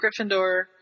Gryffindor